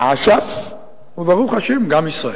אש"ף, וברוך השם גם ישראל.